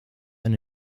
and